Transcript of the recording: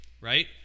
right